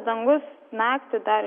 dangus naktį dar